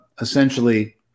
essentially